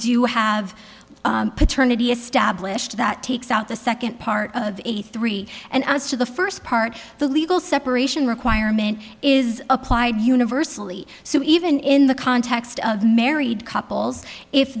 do have paternity established that takes out the second part of eighty three and as to the first part the legal separation requirement is applied universally so even in the context of married couples i